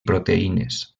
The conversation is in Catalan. proteïnes